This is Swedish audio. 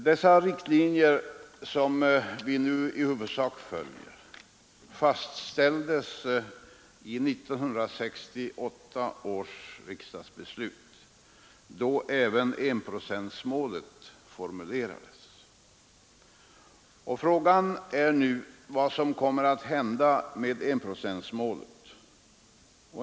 De riktlinjer som vi i huvudsak följer fastställdes i 1968 års riksdagsbeslut, då även enprocentsmålet formulerades. Frågan är nu vad som kommer att hända med enprocentsmålet.